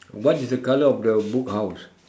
what is the colour of the book house